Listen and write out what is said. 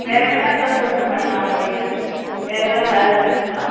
வேறு ஏதனா இருந்தால் சொல்லுங்க மேடம் நான் செய்கிறேன் வேறு ஏதனா வேலை இருக்குதுங்களா